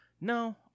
no